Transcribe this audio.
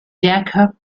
jacob